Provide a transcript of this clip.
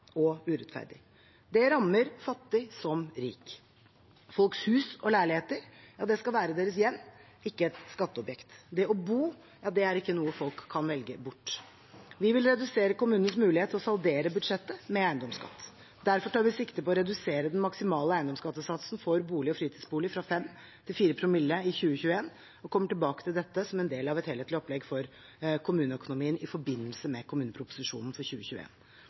og urettferdig. Den rammer fattig som rik. Folks hus og leiligheter skal være deres hjem, ikke et skatteobjekt. Det å bo er ikke noe folk kan velge bort. Vi vil redusere kommunenes mulighet til å saldere budsjettet med eiendomsskatt. Derfor tar vi sikte på å redusere den maksimale eiendomsskattesatsen for bolig og fritidsbolig fra 5 til 4 promille i 2021 og kommer tilbake til dette som del av et helhetlig opplegg for kommuneøkonomien i forbindelse med kommuneproposisjonen for